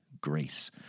grace